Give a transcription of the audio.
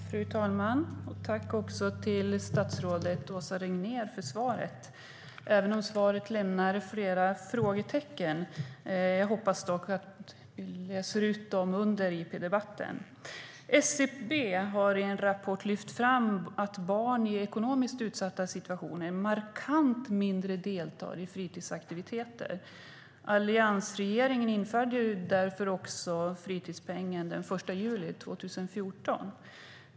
Fru talman! Jag tackar statsrådet Åsa Regnér för svaret, även om det lämnar flera frågetecken. Jag hoppas dock att vi ska kunna räta ut dessa under interpellationsdebatten. SCB har i en rapport lyft fram att barn i ekonomiskt utsatta situationer deltar markant mindre i fritidsaktiviteter. Alliansregeringen införde därför fritidspengen den 1 juli 2014.